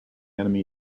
enemy